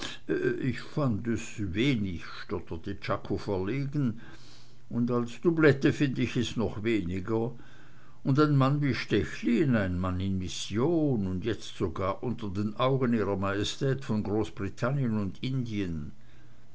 ich fand es wenig stotterte czako verlegen und als doublette find ich es noch weniger und ein mann wie stechlin ein mann in mission und jetzt sogar unter den augen ihrer majestät von großbritannien und indien